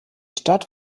stadt